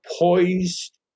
poised